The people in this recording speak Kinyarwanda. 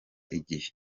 igihe